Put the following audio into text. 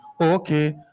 okay